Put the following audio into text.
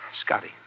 Scotty